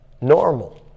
Normal